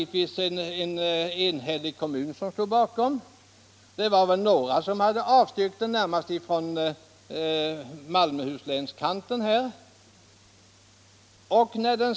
En enhällig kommun stod givetvis bakom ansökan. Det fanns några som hade avstyrkt, t.ex. myndigheterna i Malmöhus län.